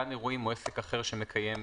גן אירועים או עסק אחר שמקיים אירועים,